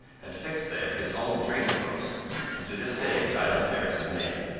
had fixed there his own trading-post, and to this day the island bears his name.